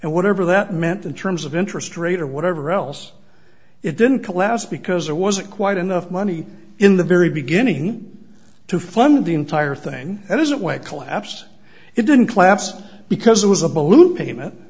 and whatever that meant in terms of interest rate or whatever else it didn't collapse because there wasn't quite enough money in the very beginning to fund the entire thing and isn't way collapsed it didn't collapse because it was a balloon payment